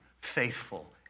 faithful